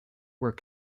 were